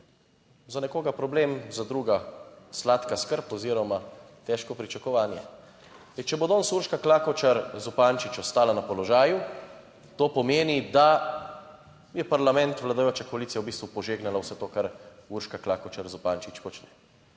Za nekoga problem, za druga sladka skrb oziroma težko pričakovanje. Zdaj, če bo danes Urška Klakočar Zupančič ostala na položaju, to pomeni, da je parlament, vladajoča koalicija v bistvu požegnala vse to, kar Urška Klakočar Zupančič počne.